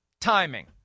timing